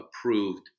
approved